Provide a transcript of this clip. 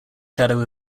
shadow